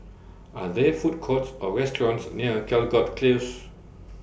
Are There Food Courts Or restaurants near Caldecott Close